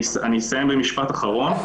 אני אסיים במשפט אחרון.